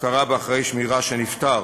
הכרה באחראי שמירה שנפטר